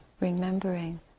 remembering